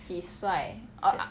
he's 帅